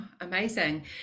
Amazing